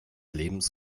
lebens